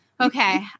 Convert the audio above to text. Okay